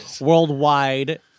worldwide